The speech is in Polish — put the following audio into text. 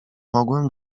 mogłem